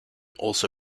also